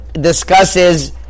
discusses